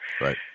Right